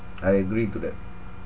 I agree to that